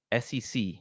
SEC